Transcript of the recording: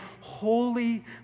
holy